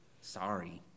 Sorry